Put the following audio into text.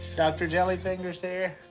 dr. jelly fingers here.